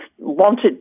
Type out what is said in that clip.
wanted